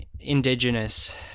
indigenous